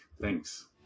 Thanks